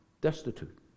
destitute